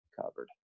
covered